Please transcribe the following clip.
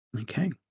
Okay